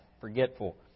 forgetful